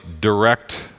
direct